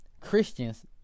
Christians